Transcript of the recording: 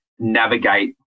navigate